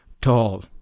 tall